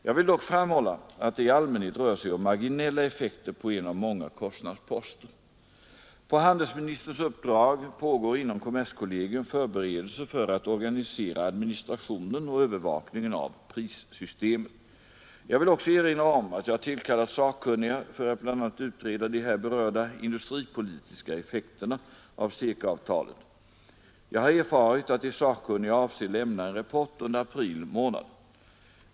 Jag vill dock framhålla att det i allmänhet rör sig om marginella effekter på en av många kostnadsposter. På handelsministerns uppdrag pågår inom kommerskollegium förberedelser för att organisera administrationen och övervakningen av prissystemet. Jag vill också erinra om att jag tillkallat sakkunniga för att bl.a. utreda de här berörda industripolitiska effekterna av CECA-avtalet. Jag har erfarit att de sakkunniga avser lämna en rapport under april månad.